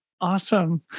Awesome